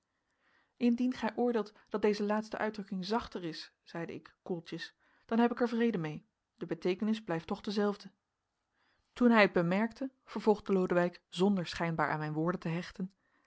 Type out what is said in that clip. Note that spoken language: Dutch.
indien gij oordeelt dat deze laatste uitdrukking zachter is zeide ik koeltjes dan heb ik er vrede mee de beteekenis blijft toch dezelfde toen hij het bemerkte vervolgde lodewijk zonder schijnbaar aan mijn woorden te hechten